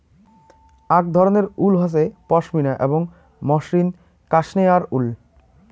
আক ধরণের উল হসে পশমিনা এবং মসৃণ কাশ্মেয়ার উল